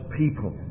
people